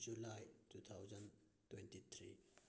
July two thousand twenty three